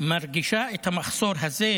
מרגישה את המחסור הזה,